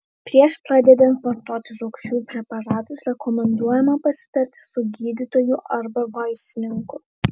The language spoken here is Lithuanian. prieš pradedant vartoti rūgčių preparatus rekomenduojama pasitarti su gydytoju arba vaistininku